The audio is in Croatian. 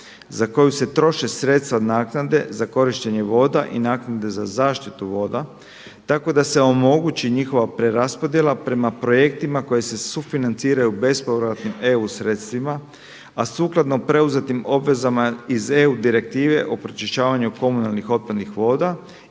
za koju se troše sredstva naknade za korištenje voda i naknade za zaštitu voda, tako da se omogući njihova preraspodjela prema projektima koji se sufinanciraju bespovratnim EU sredstvima, a sukladno preuzetim obvezama iz EU direktive o pročišćavanju komunalnih otpadnih voda